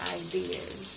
ideas